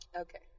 Okay